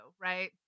right